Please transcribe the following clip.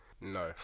no